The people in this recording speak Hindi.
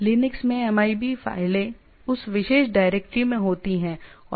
लिनक्स में MIB फाइलें उस विशेष डायरेक्टरी में होती हैं